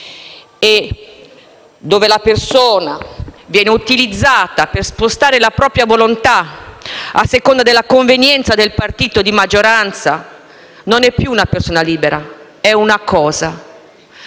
liberamente e viene utilizzata per spostare la propria volontà, a secondo della convenienza del partito di maggioranza, non è più una persona libera: è una cosa.